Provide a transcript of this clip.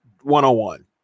one-on-one